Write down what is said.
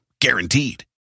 Guaranteed